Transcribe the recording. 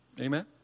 Amen